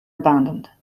abandoned